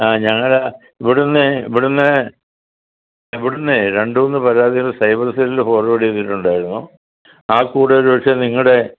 ആ ഞങ്ങൾ ഇവിടുന്നേ ഇവിടുന്ന് ഇവിടുന്നേ രണ്ടുമൂന്ന് പരാതികൾ സൈബർ സെല്ലിൽ ഫോർവേഡ് ചെയ്തിട്ടുണ്ടായിരുന്നു ആ കൂടെ ഒരു പക്ഷേ നിങ്ങളുടെ